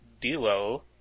duo